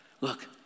look